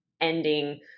ending